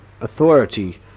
authority